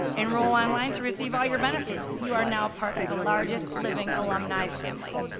enroll online to receive all your benefits. you are now part of the largest living alumni family.